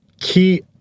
key